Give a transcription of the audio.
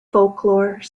folklore